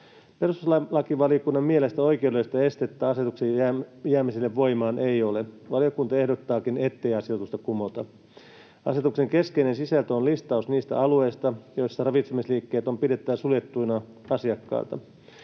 Perustuslakivaliokunnan mielestä oikeudellista estettä asetuksen jäämiselle voimaan ei ole. Valiokunta ehdottaakin, ettei asetusta kumota. Asetuksen keskeinen sisältö on listaus niistä alueista, joilla ravitsemisliikkeet on pidettävä suljettuina asiakkailta.